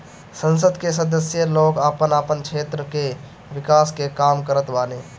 संसद कअ सदस्य लोग आपन आपन क्षेत्र कअ विकास के काम करत बाने